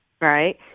right